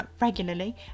regularly